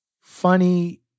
Funny